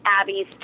Abby's